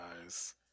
guys